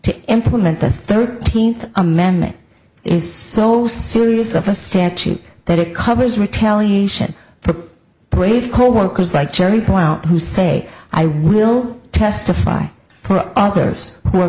to implement the thirteenth amendment is so serious of a statute that it covers retaliation from brave coworkers like jerry pournelle who say i will testify for others who are